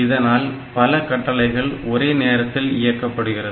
இதனால் பல கட்டளைகள் ஒரே நேரத்தில் இயக்கப்படுகிறது